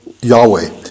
Yahweh